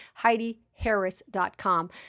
HeidiHarris.com